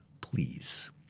Please